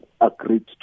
agreed